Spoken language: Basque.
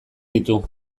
ditu